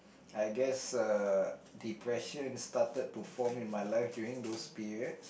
I guess uh depression started to form in my life during those period